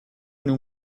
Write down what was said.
nous